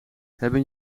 hebben